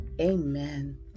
Amen